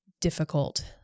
difficult